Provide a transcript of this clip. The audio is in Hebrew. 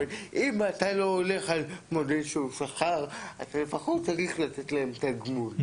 אבל אם אתה לא הולך על מודל שכר לפחות לתת להם תגמול,